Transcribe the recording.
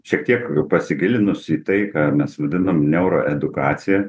šiek tiek pasigilinus į tai ką mes vadinam neuroedukacija